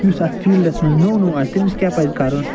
یُس اتھ فیٖلڈَس مَنٛز نوٚو نوٚو آسہِ تٔمِس کیاہ پَزِ کَرُن